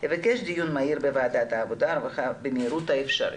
נבקש דיון מהיר בוועדת העבודה והרווחה במהירות האפשרית.